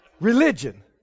Religion